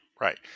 right